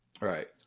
Right